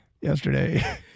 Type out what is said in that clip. Yesterday